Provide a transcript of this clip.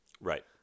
Right